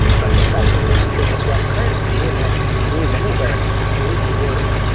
but the fact that the country has one currency, and that you can move anywhere in the country to work,